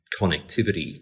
connectivity